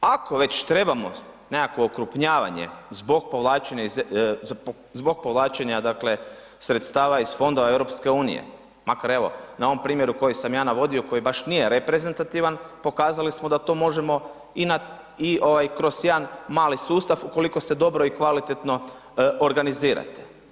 Ako već trebamo nekakvo okrupnjavanje zbog povlačenja sredstava iz fondova EU-a makar evo, na ovom primjeru koji sam ja navodio, koji baš nije reprezentativan, pokazali smo da to možemo i kroz jedan mali sustav ukoliko se dobro i kvalitetno organizirate.